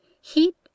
heat